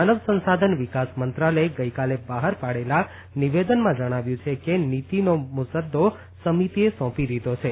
માનવ સંસાધન વિકાસ મંત્રલાયે ગઇકાલે બહાર પાડેલા નિવેદનમાં જણાવ્યું છે કે નીતિનો મુસદ્દો સમિતિએ સોંપી દીધો છે